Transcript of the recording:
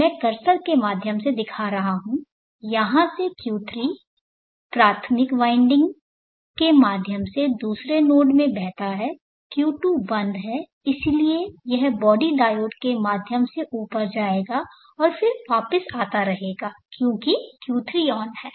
मैं कर्सर के माध्यम से दिखा रहा हूं यहां से Q3 प्राथमिक वाइंडिंग के माध्यम से दूसरे नोड में बहता है Q2 बंद है इसलिए यह बॉडी डायोड के माध्यम से ऊपर जाएगा और फिर वापस आता रहेगा क्योंकि Q3 ऑन है